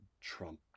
Trump